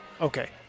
okay